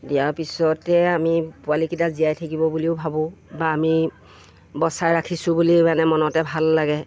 দিয়াৰ পিছতে আমি পোৱালিকেইটা জীয়াই থাকিব বুলিও ভাবোঁ বা আমি বচাই ৰাখিছোঁ বুলি মানে মনতে ভাল লাগে